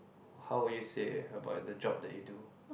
how will you say about the job that you do